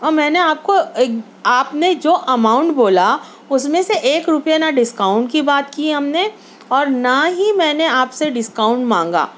اور میں نے آپ کو ایک آپ نے جو اماؤنٹ بولا اس میں سے ایک روپیہ نہ ڈسکاؤنٹ کی بات کی ہم نے اور نہ ہی میں نے آپ سے ڈسکاؤنٹ مانگا